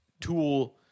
Tool